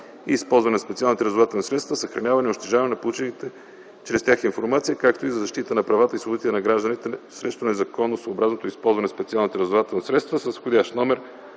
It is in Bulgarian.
и използване на специалните разузнавателни средства, съхраняването и унищожаването на получената чрез тях информация, както и за защита на правата и свободите на гражданите срещу незаконосъобразното използване на специални разузнавателни средства с вх.